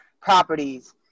properties